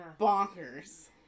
Bonkers